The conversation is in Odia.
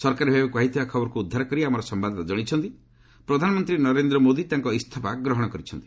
ସରକାରୀ ଭାବେ କୁହାଯାଇଥିବା ଖବରକୁ ଉଦ୍ଧାର କରି ଆମର ସମ୍ଭାଦଦାତା ଜଣାଇଛନ୍ତି ପ୍ରଧାନମନ୍ତ୍ରୀ ନରେନ୍ଦ୍ର ମୋଦି ତାଙ୍କ ଇସ୍ତଫା ଗ୍ରହଣ କରିଛନ୍ତି